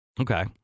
Okay